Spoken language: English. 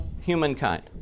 humankind